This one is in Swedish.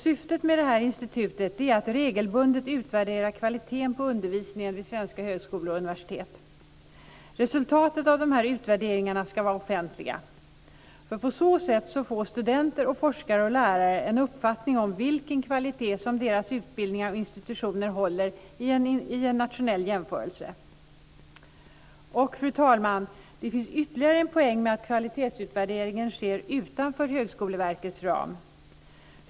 Syftet med detta institut är att regelbundet utvärdera kvaliteten på undervisningen vid svenska högskolor och universitet. Resultaten av dessa utvärderingar ska vara offentliga. På så sätt får studenter, forskare och lärare en uppfattning om vilken kvalitet deras utbildningar och institutioner håller i en nationell jämförelse. Fru talman! Det finns ytterligare en poäng med att kvalitetsutvärderingen sker utanför Högskoleverkets ram.